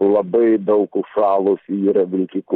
labai daug užšalusių yra vilkikų